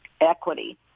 Equity